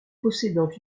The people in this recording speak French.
possédant